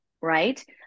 right